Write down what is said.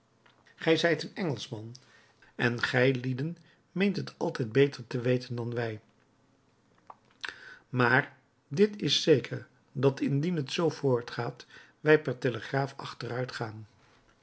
gij zijt een engelschman en gijlieden meent het altijd beter te weten dan wij maar dit is zeker dat indien het zoo voortgaat wij per telegraaf achteruitgaan